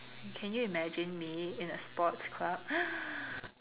can you imagine me in a sports club